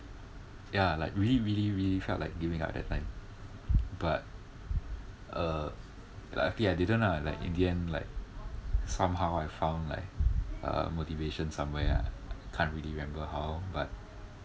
ya like really really really felt like giving up at that time but uh lucky I didn't lah like in the end like somehow I found like uh motivation somewhere lah can't really remember how but